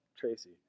Tracy